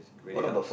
really helps